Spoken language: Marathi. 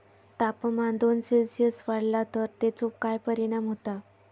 तापमान दोन सेल्सिअस वाढला तर तेचो काय परिणाम होता?